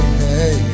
hey